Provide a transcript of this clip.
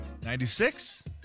96